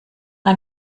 ein